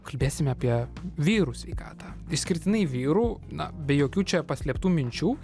kalbėsim apie vyrų sveikatą išskirtinai vyrų na be jokių čia paslėptų minčių